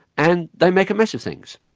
and they make a mess of things.